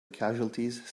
casualties